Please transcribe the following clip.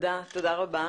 תודה רבה.